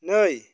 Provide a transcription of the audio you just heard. नै